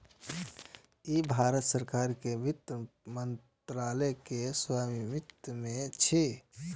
ई भारत सरकार के वित्त मंत्रालय के स्वामित्व मे छै